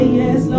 yes